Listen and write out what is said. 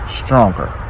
stronger